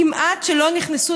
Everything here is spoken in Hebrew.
כמעט שלא נכנסו,